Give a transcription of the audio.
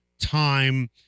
time